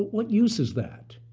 what use is that?